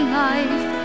life